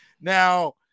Now